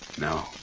No